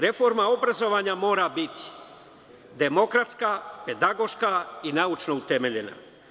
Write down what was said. Reforma obrazovanja mora biti demokratska, pedagoška i naučno utemeljena.